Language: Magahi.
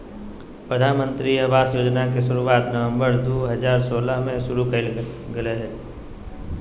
प्रधानमंत्री आवास योजना के शुरुआत नवम्बर दू हजार सोलह में शुरु कइल गेलय